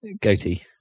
goatee